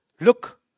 look